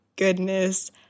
goodness